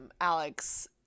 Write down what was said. Alex